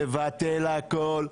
לבטל הכול.